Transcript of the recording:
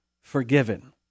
forgiven